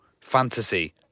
fantasy